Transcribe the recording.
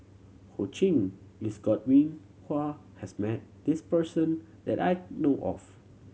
Ho Ching Godwin Koay has met this person that I know of